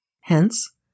Hence